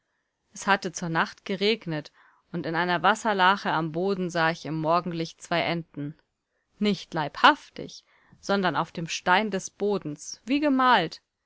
es hatte zur nacht geregnet und in einer wasserlache am boden sah ich im morgenlicht zwei enten nicht leibhaftig sondern auf dem stein des bodens wie gemalt